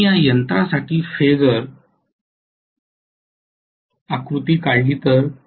जर मी या यंत्रासाठी फेझर आकृती काढली तर